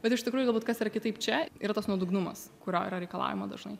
bet iš tikrųjų galbūt kas yra kitaip čia yra tas nuodugnumas kurio yra reikalaujama dažnai